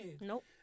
Nope